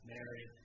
Mary